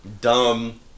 Dumb